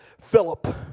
Philip